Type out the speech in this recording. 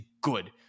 good